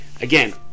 again